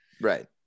right